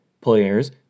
Players